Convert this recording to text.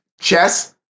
chess